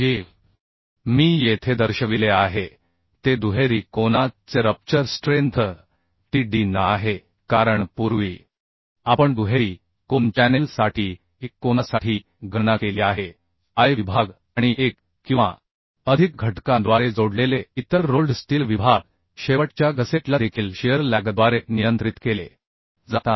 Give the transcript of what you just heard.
जे मी येथे दर्शविले आहे ते दुहेरी कोना चे rupture strength T d n आहे कारण पूर्वी आपण दुहेरी कोन चॅनेल साठी एक कोनासाठी गणना केली आहे I विभाग आणि एक किंवा अधिक घटकांद्वारे जोडलेले इतर रोल्ड स्टील विभाग शेवटच्या गसेटला देखील शिअर लॅगद्वारे नियंत्रित केले जातात